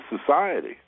society